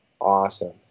awesome